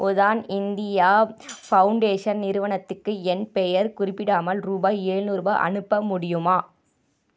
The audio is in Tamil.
உதான் இந்தியா ஃபவுண்டேஷன் நிறுவனத்துக்கு என் பெயர் குறிப்பிடாமல் ரூபாய் எழுநூறுபா அனுப்ப முடியுமா